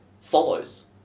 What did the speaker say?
follows